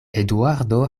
eduardo